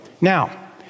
Now